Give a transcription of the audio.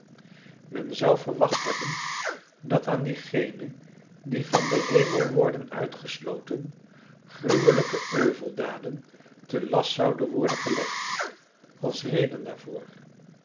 men zou verwacht hebben dat aan diegenen die van den hemel worden uitgesloten gruwelijke euveldaden te last zouden worden gelegd als reden daarvoor